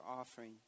offering